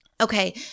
Okay